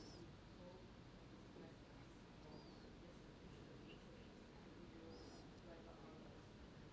like